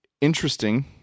Interesting